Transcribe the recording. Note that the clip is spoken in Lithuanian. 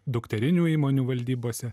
dukterinių įmonių valdybose